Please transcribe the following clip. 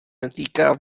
netýká